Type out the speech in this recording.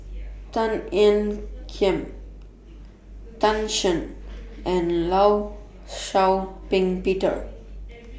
Tan Ean Kiam Tan Shen and law Shau Ping Peter